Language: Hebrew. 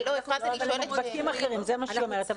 הם מדביקים אחרים, זה מה שהיא אומרת.